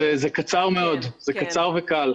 זה קצר וקל.